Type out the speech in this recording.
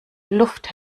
luft